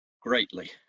greatly